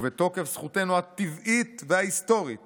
ובתוקף זכותנו הטבעית וההיסטורית